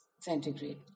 centigrade